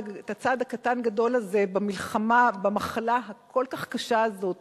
הקטן-גדול הזה במלחמה במחלה הכל-כך קשה הזאת,